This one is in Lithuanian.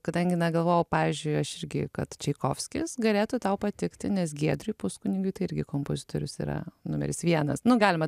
kadangi na galvojau pavyzdžiui aš irgi kad čaikovskis galėtų tau patikti nes giedriui puskunigiui tai irgi kompozitorius yra numeris vienas nu galima